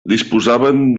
disposaven